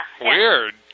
Weird